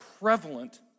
prevalent